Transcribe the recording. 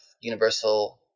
universal